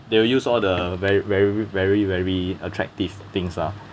they will use all the very very very very attractive things lah